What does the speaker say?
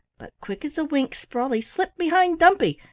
but quick as a wink sprawley slipped behind dumpy,